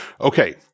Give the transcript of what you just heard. okay